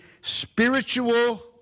spiritual